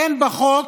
אין בחוק,